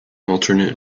alternate